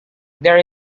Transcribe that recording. there